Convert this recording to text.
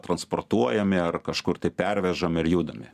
transportuojami ar kažkur tai pervežami ir judami